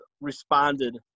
responded